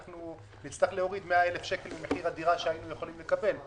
אנחנו נצטרך להוריד 100,000 שקל ממחיר הדירה שהיינו יכולים לקבל.